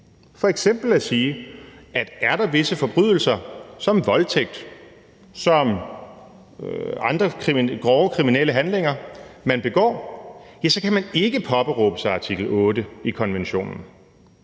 f.eks. at sige, at er der visse forbrydelser som voldtægt, som andre grove kriminelle handlinger, man begår, ja, så kan man ikke påberåbe sig artikel 8 i konventionen.